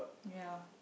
ya